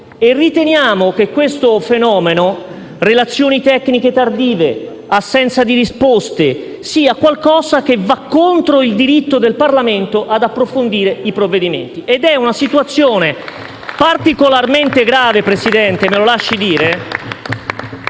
Riteniamo che questo fenomeno (relazioni tecniche tardive, assenza di risposte) sia qualcosa che va contro il diritto del Parlamento di approfondire i provvedimenti. *(Applausi dal Gruppo PD).* È una situazione particolarmente grave, signor Presidente - me lo lasci dire